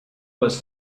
was